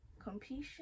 Competition